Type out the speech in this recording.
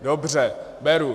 Dobře, beru.